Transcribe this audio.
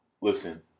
Listen